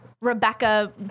Rebecca